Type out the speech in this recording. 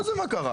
מה זה מה קרה?